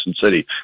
City